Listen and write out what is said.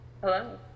Hello